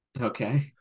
Okay